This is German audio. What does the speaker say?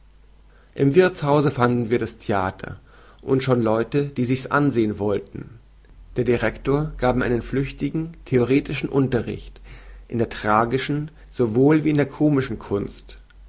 im wirthshause fanden wir das theater und schon leute die sichs ansehen wollten der direktor gab mir einen flüchtigen theoretischen unterricht in der tragischen sowohl wie in der komischen kunst